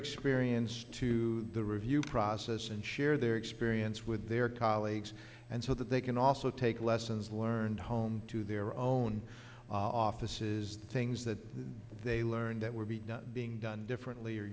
experience to the review process and share their experience with their colleagues and so that they can also take lessons learned home to their own on offices things that they learned that were being done differently or